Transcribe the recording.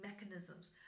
mechanisms